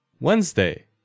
wednesday